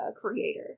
creator